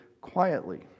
quietly